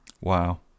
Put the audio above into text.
Wow